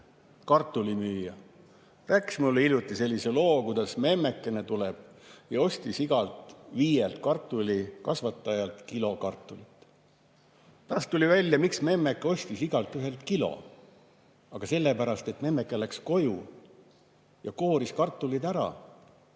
kartulimüüja rääkis mulle hiljuti sellise loo, kuidas memmekene tuli ja ostis viielt kartulikasvatajalt kilo kartulit. Pärast tuli välja, miks memmeke ostis igaühelt kilo. Aga sellepärast, et memmeke läks koju, kooris kartulid ära